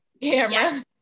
Camera